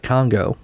Congo